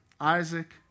Isaac